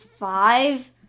Five